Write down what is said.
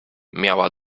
miała